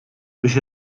biex